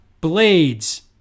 blades